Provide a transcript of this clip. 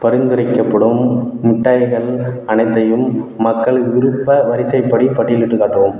பரிந்துரைக்கப்படும் மிட்டாய்கள் அனைத்தையும் மக்கள் விருப்ப வரிசைப்படி பட்டியலிட்டுக் காட்டவும்